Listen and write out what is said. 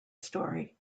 story